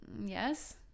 Yes